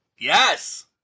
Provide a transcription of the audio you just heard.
Yes